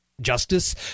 justice